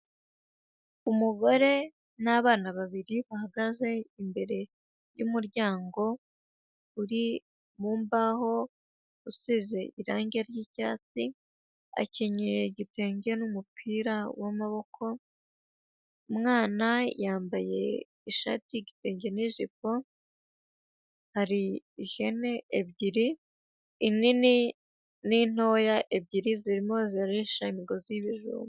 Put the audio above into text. Umugore n'abana babiri bahagaze imbere y'umuryango uri mu mbaho, usize irangi ry'icyatsi, akenyeye igitenge n'umupira w'amaboko, umwana yambaye ishati y'igitenge n'ijipo, hari ihene ebyiri, inini n'intoya, ebyiri zirimo zirarisha imigozi y'ibijumba.